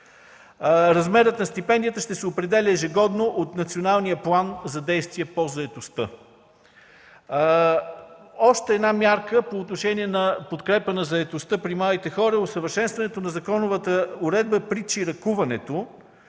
Размерът на стипендията ще се определя ежегодно от Националния план за действие по заетостта. Още една мярка по отношение на подкрепа на заетостта при младите хора е усъвършенстването на законовата уредба при чиракуването.